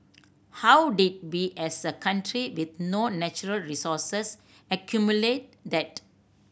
how did we as a country with no natural resources accumulate that